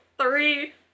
Three